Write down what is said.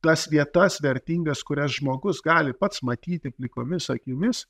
tas vietas vertingas kurias žmogus gali pats matyti plikomis akimis